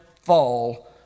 fall